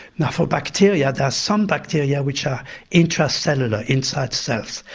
now for bacteria, there's some bacteria which are intra-cellular, inside cells,